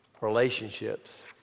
relationships